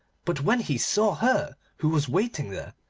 but when he saw her who was waiting there,